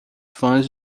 fãs